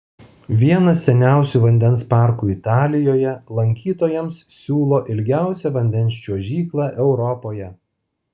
vienas seniausių vandens parkų italijoje lankytojams siūlo ilgiausią vandens čiuožyklą europoje